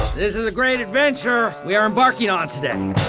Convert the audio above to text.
this is a great adventure we are embarking on today.